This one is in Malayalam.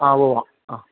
ആ ഊവ്വുവ്വ് ആ